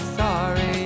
sorry